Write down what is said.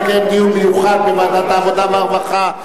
נקיים דיון מיוחד בוועדת העבודה והרווחה,